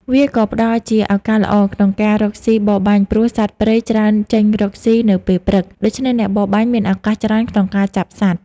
វាក៏ផ្ដល់ជាឱកាសល្អក្នុងការរកស៊ីបរបាញ់ព្រោះសត្វព្រៃច្រើនចេញរកស៊ីនៅពេលព្រឹក ដូច្នេះអ្នកបរបាញ់មានឱកាសច្រើនក្នុងការចាប់សត្វ ។